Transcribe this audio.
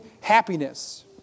happiness